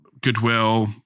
goodwill